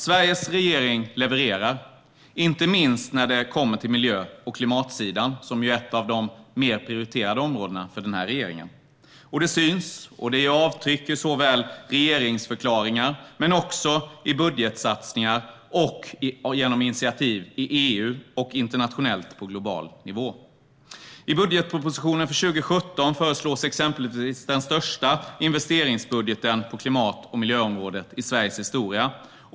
Sveriges regering levererar, inte minst när det kommer till miljö och klimatsidan, som är ett av de mer prioriterade områdena för denna regering. Detta syns, och det gör avtryck i såväl regeringsförklaringar och budgetsatsningar som i form av initiativ i EU och på global nivå. I budgetpropositionen för 2017 föreslås exempelvis den största investeringsbudgeten på klimat och miljöområdet i Sveriges historia.